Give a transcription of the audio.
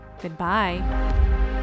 Goodbye